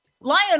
Lion